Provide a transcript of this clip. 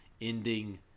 ending